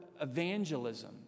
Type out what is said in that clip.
evangelism